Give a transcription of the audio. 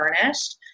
furnished